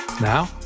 Now